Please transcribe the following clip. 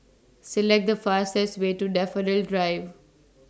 Select The fastest Way to Daffodil Drive